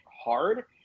hard